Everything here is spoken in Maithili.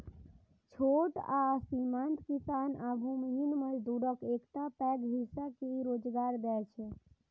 छोट आ सीमांत किसान आ भूमिहीन मजदूरक एकटा पैघ हिस्सा के ई रोजगार दै छै